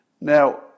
Now